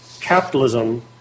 capitalism